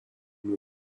nur